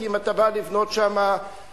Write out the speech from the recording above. כי אם אתה בא לבנות שמה בית-ספר,